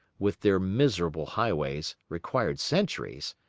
with their miserable highways, required centuries,